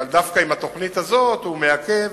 אבל דווקא עם התוכנית הזאת הוא מעכב,